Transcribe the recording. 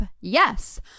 Yes